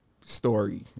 story